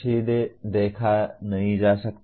सीधे देखा नहीं जा सकता